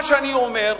מה שאני אומר,